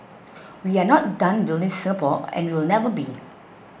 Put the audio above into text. we are not done building Singapore and we will never be